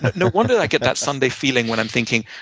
no wonder i get that sunday feeling when i'm thinking,